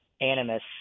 animus